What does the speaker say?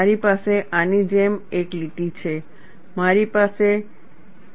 મારી પાસે આની જેમ એક લીટી છે મારી પાસે આની જેમ એક લીટી છે